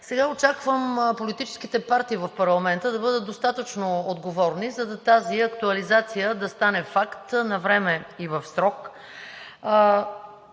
Сега очаквам политическите партии в парламента да бъдат достатъчно отговорни, за да стане факт тази актуализация навреме и в срок.